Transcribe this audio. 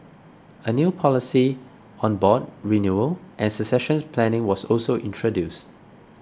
a new policy on board renewal and succession planning was also introduced